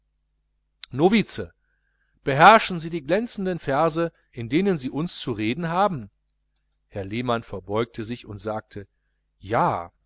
novize beherrschen sie die glänzenden verse in denen sie zu uns zu reden haben herr lehmann verbeugte sich und sagte ja